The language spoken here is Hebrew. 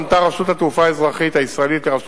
פנתה רשות התעופה האזרחית הישראלית לרשות